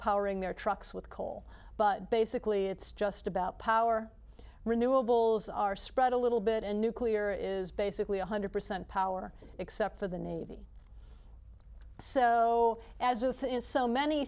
powering their trucks with coal but basically it's just about power renewables are spread a little bit and nuclear is basically one hundred percent power except for the navy so as with in so many